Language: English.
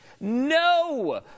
No